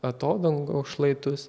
atodangos šlaitus